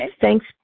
Thanks